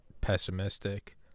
pessimistic